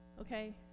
okay